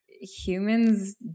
humans